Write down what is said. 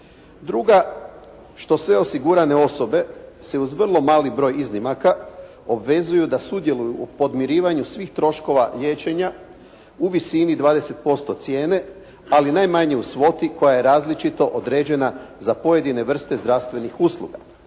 Druga, što sve osigurane osobe se uz vrlo mali broj iznimaka obvezuju da sudjeluju u podmirivanju svih troškova liječenja u visini 20% cijene, ali najmanje u svoti koja je različito određena za pojedine vrste zdravstvenih usluga.